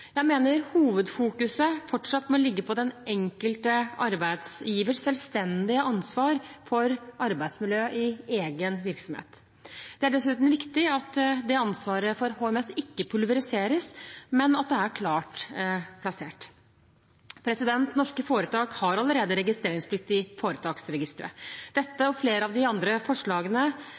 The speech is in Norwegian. Jeg mener hovedfokuset fortsatt må ligge på den enkelte arbeidsgivers selvstendige ansvar for arbeidsmiljø i egen virksomhet. Det er dessuten viktig at det ansvaret for HMS ikke pulveriseres, men at det er klart plassert. Norske foretak har allerede registreringsplikt i Foretaksregisteret. Dette, og flere av de andre forslagene,